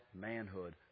manhood